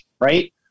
right